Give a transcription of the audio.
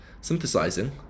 synthesizing